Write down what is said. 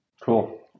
Cool